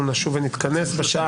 הישיבה ננעלה בשעה